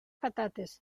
patates